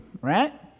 right